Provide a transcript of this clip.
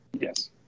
Yes